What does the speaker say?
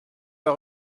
pas